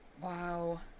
Wow